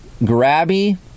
Grabby